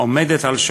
אבל אני אומר לך,